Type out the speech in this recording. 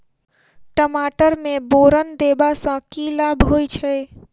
टमाटर मे बोरन देबा सँ की लाभ होइ छैय?